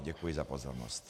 Děkuji za pozornost.